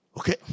okay